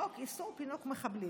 חוק איסור פינוק מחבלים.